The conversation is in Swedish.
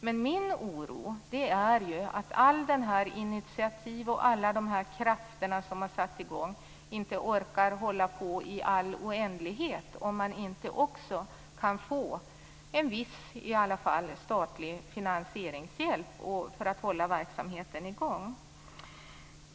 Jag är dock orolig för att alla de initiativtagare och alla de krafter som har satts i gång inte orkar fortsätta att satsa i längden, om de inte kan få i varje fall en viss statlig finansieringshjälp för att hålla verksamheten i gång.